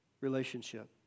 relationship